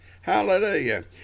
Hallelujah